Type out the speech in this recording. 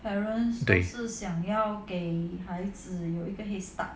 对